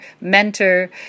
mentor